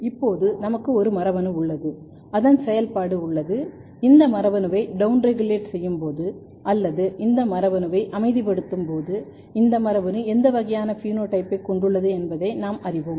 இப்போது எனவே நமக்கு ஒரு மரபணு உள்ளது அதன் செயல்பாடு உள்ளது இந்த மரபணுவை டௌன்ரெகுலேட் செய்யும் போது அல்லது இந்த மரபணுவை அமைதிப்படுத்தும்போது இந்த மரபணு எந்த வகையான பினோடைப்பைக் கொண்டுள்ளது என்பதை நாம் அறிவோம்